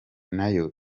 nayo